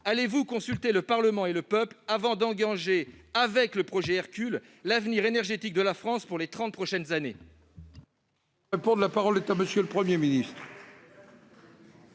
Allez-vous consulter le Parlement et le peuple avant d'engager, avec le projet Hercule, l'avenir énergétique de la France pour les trente prochaines années ?